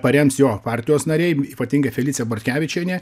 parems jo partijos nariai ypatingai felicija bortkevičienė